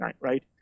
right